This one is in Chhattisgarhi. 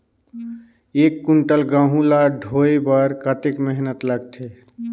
एक कुंटल गहूं ला ढोए बर कतेक मेहनत लगथे?